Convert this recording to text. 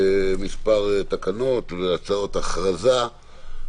מספר תקנות והצעות הכרזה.